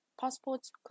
passports